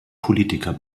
politiker